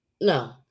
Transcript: No